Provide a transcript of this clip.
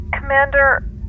Commander